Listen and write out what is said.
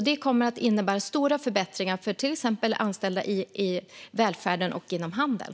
Det kommer att innebära stora förbättringar för till exempel anställda i välfärden och inom handeln.